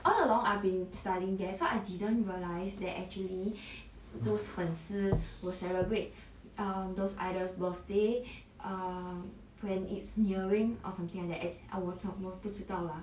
all along I've been studying there so I didn't realise that actually those 粉丝 will celebrate um those ideas birthday um when it's nearing or something like that as 我从我不知道 lah